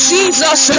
Jesus